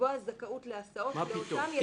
לקבוע זכאות להסעות לאותם ילדים.